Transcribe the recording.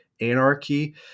anarchy